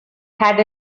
had